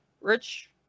rich